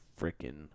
freaking